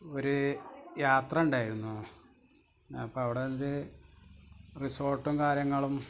ഒരു യാത്ര ഉണ്ടായിരുന്നു അപ്പോൾ അവടെ ഒരു റിസോർട്ടും കാര്യങ്ങളും